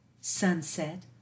sunset